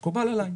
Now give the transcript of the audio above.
זה מקובל עליי.